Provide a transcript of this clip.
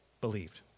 believed